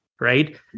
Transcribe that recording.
right